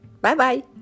Bye-bye